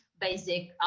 basic